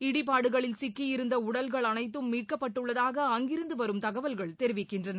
இடிபாடுகளில் சிக்கியிருந்த உடல்கள் அனைத்தும் மீட்கப்பட்டுள்ளதாக அங்கிருந்து வரும் தகவல்கள் தெரிவிக்கின்றன